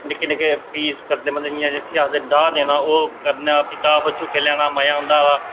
मतलब निक्के निक्के पीस करदे डाह् देना भी डाह् पर झूटे लैने गी मज़ा औंदा हा